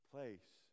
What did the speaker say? Place